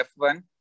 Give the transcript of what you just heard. F1